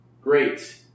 Great